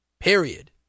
Period